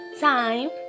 time